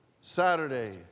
Saturday